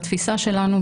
בתפיסה שלנו,